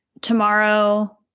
tomorrow